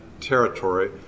territory